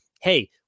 hey